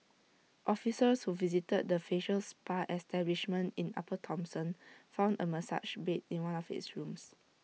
officers who visited the facial spa establishment in upper Thomson found A massage bed in one of its rooms